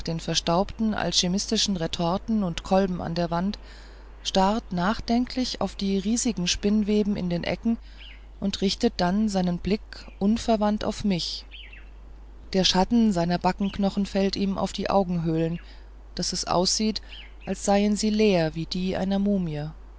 den verstaubten alchimistischen retorten und kolben an der wand starrt nachdenklich auf die riesigen spinnweben in den ecken und richtet dann seinen blick unverwandt auf mich der schatten seiner backenknochen fällt ihm auf die augenhöhlen daß es aussieht als seien sie leer wie die einer mumie